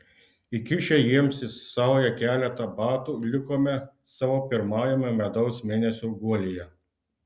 įkišę jiems į saują keletą batų likome savo pirmajame medaus mėnesio guolyje